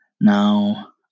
Now